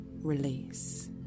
release